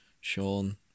Sean